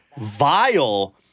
vile